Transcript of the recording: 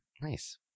Nice